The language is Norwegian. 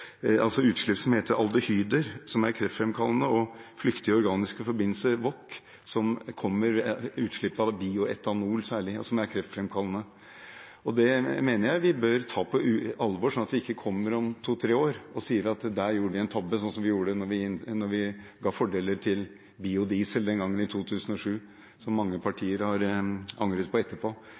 utslipp som heter aldehyder, som er kreftfremkallende, og flyktige organiske forbindelser, VOC, som kommer ved utslipp av bioentanol særlig, og som er kreftfremkallende. Dette mener jeg vi bør ta på alvor, slik at vi ikke om to–tre år kommer og sier at der gjorde vi en tabbe, slik som vi gjorde den gangen i 2007, da vi ga biodiesel fordeler, som mange partier har angret på etterpå.